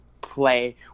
play